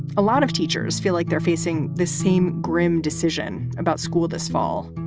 a lot of teachers feel like they're facing the same grim decision about school this fall.